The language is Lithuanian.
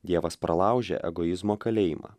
dievas pralaužė egoizmo kalėjimą